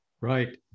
Right